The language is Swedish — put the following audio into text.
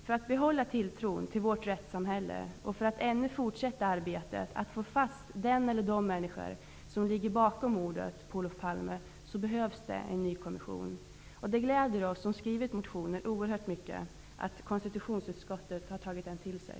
För att behålla tilltron till vårt rättssamhälle och för att ännu fortsätta arbetet med att få fast den eller dem som ligger bakom mordet på Olof Palme behövs det en ny kommission. Det gläder oss som har skrivit motionen oerhört mycket att konstitutionsutskottet har tagit den till sig.